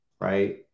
right